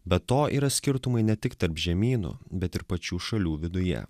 be to yra skirtumai ne tik tarp žemynų bet ir pačių šalių viduje